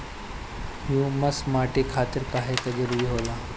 Humus माटी खातिर काहे जरूरी होला?